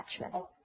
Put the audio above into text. attachment